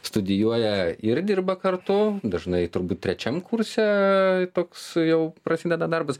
studijuoja ir dirba kartu dažnai turbūt trečiam kurse toks jau prasideda darbas